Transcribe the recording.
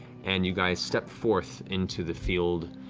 and you guys step forth into the field,